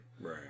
right